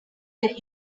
der